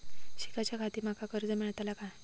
शिकाच्याखाती माका कर्ज मेलतळा काय?